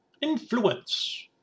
Influence